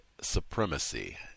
supremacy